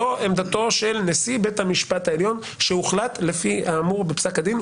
זו עמדתו של נשיא בית המשפט העליון שהוחלט לפי האמור בפסק הדין,